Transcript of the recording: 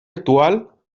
actual